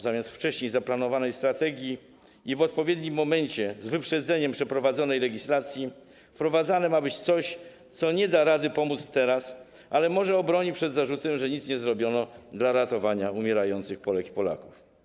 Zamiast wcześniej zaplanowanej strategii i w odpowiednim momencie, z wyprzedzeniem przeprowadzonej legislacji wprowadzane ma być coś, co nie pomoże teraz, ale może obroni przed zarzutem, że nie zrobiono nic dla ratowania umierających Polek i Polaków.